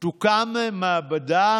תוקם מעבדה